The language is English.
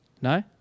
No